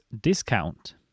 discount